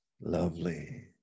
lovely